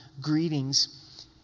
greetings